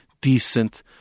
decent